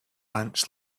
ants